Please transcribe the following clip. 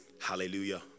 Hallelujah